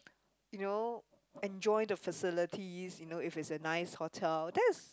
you know enjoy the facilities you know if it's a nice hotel that's